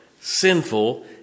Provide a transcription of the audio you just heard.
sinful